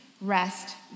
rest